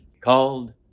called